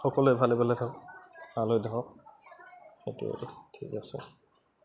সকলোৱে ভালে ভালে সেইটোৱে ঠিক আছে